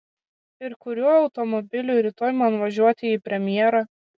ir kuriuo automobiliu rytoj man važiuoti į premjerą